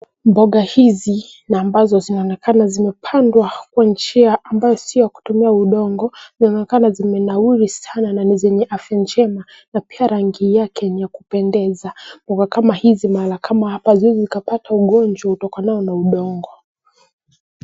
Mboga hizi na ambazo zinaonekana zimepandwa kwa njia ambayo si ya kutumia udongo inaonekana zimenawiri sana na ni zenye afya njema na pia rangi yake ni ya kupendeza. Mboga kama hizi mahala kama hapa haziwezi pata ugonjwa utokanao na udongo.